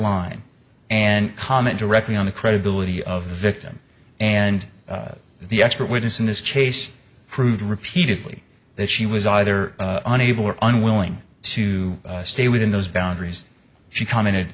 line and comment directly on the credibility of the victim and the expert witness in this case proved repeatedly that she was either unable or unwilling to stay within those boundaries she commented